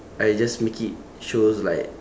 I just make it shows like